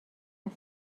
قصد